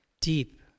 deep